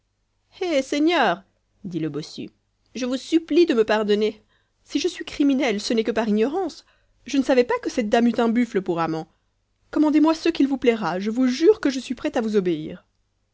eh seigneur dit le bossu je vous supplie de me pardonner si je suis criminel ce n'est que par ignorance je ne savais pas que cette dame eût un buffle pour amant commandez moi ce qu'il vous plaira je vous jure que je suis prêt à vous obéir